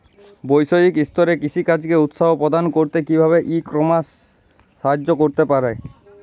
বৈষয়িক স্তরে কৃষিকাজকে উৎসাহ প্রদান করতে কিভাবে ই কমার্স সাহায্য করতে পারে?